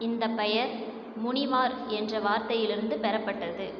இந்த பெயர் முனிவார் என்ற வார்த்தையிலிருந்து பெறப்பட்டது